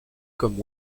comme